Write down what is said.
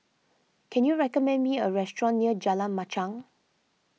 can you recommend me a restaurant near Jalan Machang